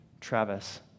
Travis